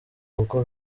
kuko